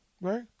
Right